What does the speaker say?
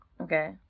okay